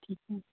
ਠੀਕ ਹੈ